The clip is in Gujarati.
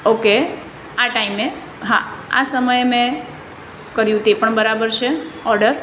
ઓકે આ ટાઈમે હા આ સમયે મેં કર્યું તે પણ બરાબર છે ઓડર